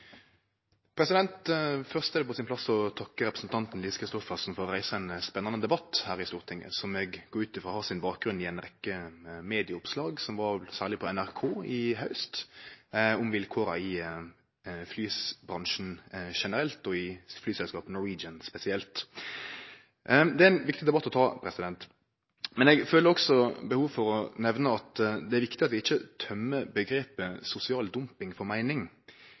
det på sin plass å takke representanten Lise Christoffersen for å reise ein spennande debatt her i Stortinget, som eg går ut frå har sin bakgrunn i ei rekkje medieoppslag, særleg på NRK, i haust, om vilkåra i flybransjen generelt og i flyselskapet Norwegian spesielt. Det er ein viktig debatt å ta, men eg føler òg behov for å nemne at det er viktig at vi ikkje tømer omgrepet «sosial dumping» for meining.